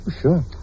Sure